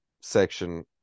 section